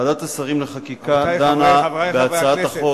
ועדת השרים לחקיקה דנה בהצעת החוק,